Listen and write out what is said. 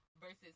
versus